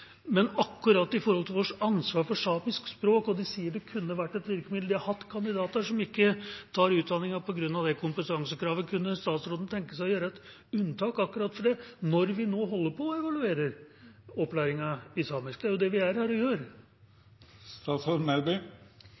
men akkurat når det gjelder vårt ansvar for samisk språk – de sier det kunne vært et virkemiddel, de har hatt kandidater som ikke tar utdanningen på grunn av det kompetansekravet – kunne statsråden tenke seg å gjøre et unntak akkurat for det når vi nå holder på å evaluere opplæringen i samisk? Det er jo det vi er her